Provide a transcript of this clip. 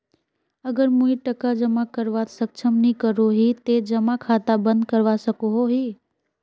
अगर मुई टका जमा करवात सक्षम नी करोही ते जमा खाता बंद करवा सकोहो ही?